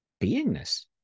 Beingness